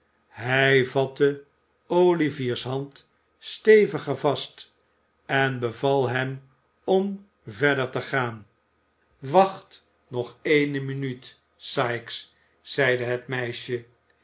hij vatte olivier's hand steviger vast en beval hem om verder te gaan wacht nog ééne minuut sikes zeide het meisje